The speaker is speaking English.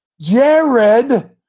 Jared